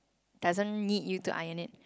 doesn't need you to iron it